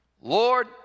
Lord